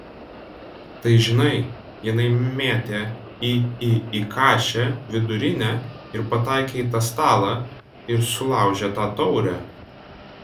tai žinai jinai mėtė į į į kašę vidurinę ir pataikė į tą stalą ir sulaužė tą taurę